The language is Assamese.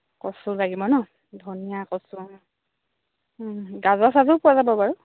কচু লাগিব ন ধনিয়া কচু গাজৰ চাজৰো পোৱা যাব বাৰু